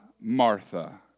Martha